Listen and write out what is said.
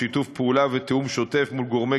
בשיתוף פעולה ותיאום שוטף מול גורמי